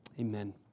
Amen